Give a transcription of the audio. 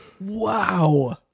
Wow